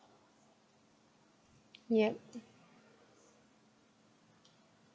yep